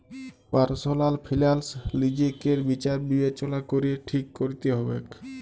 personal ফিলালস লিজেকে বিচার বিবেচলা ক্যরে ঠিক ক্যরতে হবেক